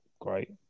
great